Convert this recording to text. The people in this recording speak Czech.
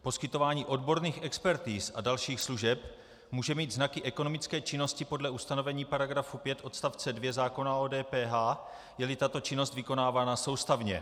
Poskytování odborných expertiz a dalších služeb může mít znaky ekonomické činnosti podle ustanovení § 5 odst. 2 zákona o DPH, jeli tato činnost vykonávána soustavně.